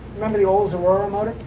remember the olds aurora motor?